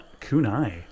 Kunai